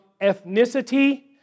ethnicity